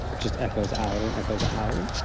just echoes out and it goes out.